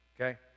Okay